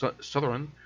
Sutherland